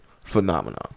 phenomenon